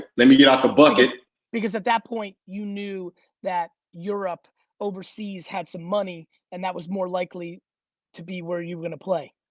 let me get out the bucket because at that point you knew that europe overseas had some money and that was more likely to be where you were gonna play.